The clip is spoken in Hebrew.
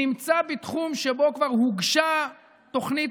נמצא בתחום שבו כבר הוגשה תוכנית